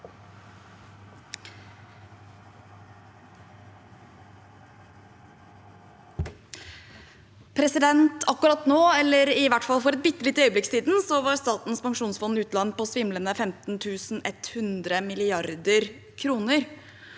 Akkurat nå, eller i hvert fall for et bitte lite øyeblikk siden, var Statens pensjonsfond utland på svimlende 15 100 mrd. kr.